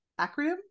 acronym